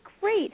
great